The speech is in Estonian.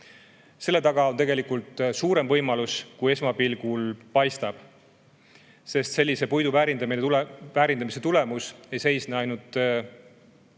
Selle taga on tegelikult suurem võimalus, kui esmapilgul paistab, sest sellise puidu väärindamise tulemus ei seisne ainult